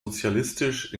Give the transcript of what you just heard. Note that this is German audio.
sozialistisch